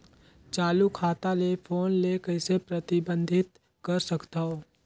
चालू खाता ले फोन ले कइसे प्रतिबंधित कर सकथव?